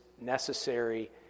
necessary